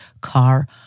car